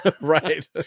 Right